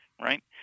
right